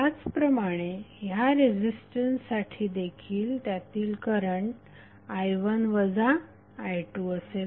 त्याचप्रमाणे ह्या रेझिस्टन्ससाठी देखील त्यातील करंट i1 वजा i2 असेल